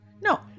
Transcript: No